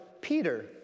Peter